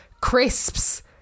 crisps